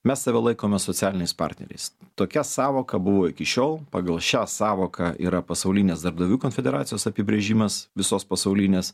mes save laikome socialiniais partneriais tokia sąvoka buvo iki šiol pagal šią sąvoką yra pasaulinės darbdavių konfederacijos apibrėžimas visos pasaulinės